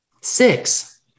six